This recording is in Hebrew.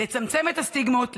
לצמצם את הסטיגמות,